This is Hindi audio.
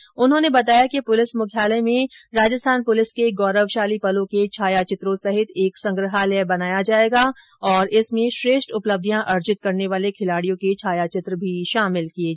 पुलिस महानिदेशक ने बताया कि पुलिस मुख्यालय में राजस्थान पुलिस के गौरवशाली पलों के छायाचित्रों सहित एक संग्रहालय बनाया जाएगा तथा इस संग्रहालय में श्रेष्ठ उपलब्धिया अर्जित करने वाले खिलाड़ियों के छायाचित्र भी शामिल किए जाएंगे